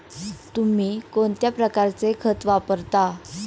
तुम्ही कोणत्या प्रकारचे खत वापरता?